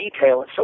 detail